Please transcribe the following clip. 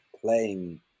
playing